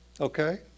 Okay